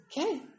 Okay